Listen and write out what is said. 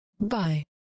Bye